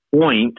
point